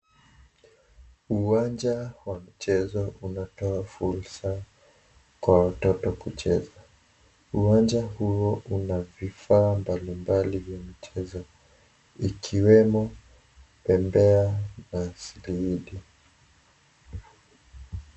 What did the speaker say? Uwanja wa mchezo unatoa vumbi sana kwa watoto kucheza. Uwanja huo una vifaa mbalimbali vya mchezo, ikiwemo bembea na msitu mingi.